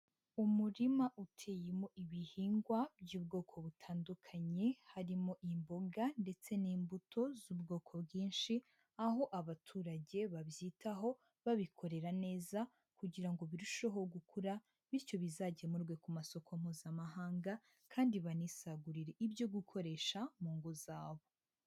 Umurima uteyemo ibihingwa by'ubwoko butandukanye, harimo imboga ndetse n'imbuto z'ubwoko bwinshi, aho abaturage babyitaho babikorera neza kugira ngo birusheho gukura bityo bizagemurwe ku masoko Mpuzamahanga kandi banisagurire ibyo gukoresha mu ngo zabo.